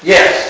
Yes